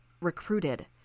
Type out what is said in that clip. recruited